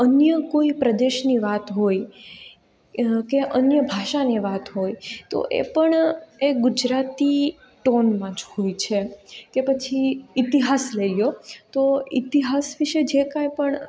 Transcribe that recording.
અન્ય કોઈ પ્રદેશની વાત હોય કે અન્ય ભાષાની વાત હોય તો એ પણ એ ગુજરાતી ટોનમાં જ હોય છે કે પછી ઇતિહાસ લઈ લ્યો તો ઇતિહાસ વિષે જે કાંઈ પણ